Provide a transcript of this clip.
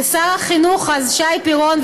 ושר החינוך אז שי פירון,